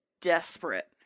desperate